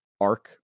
arc